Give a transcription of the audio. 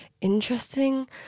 interesting